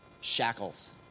shackles